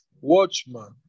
watchman